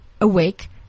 awake